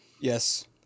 Yes